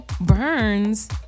Burns